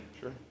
sure